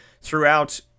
Throughout